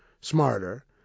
smarter